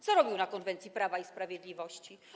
Co robił na konwencji Prawa i Sprawiedliwości?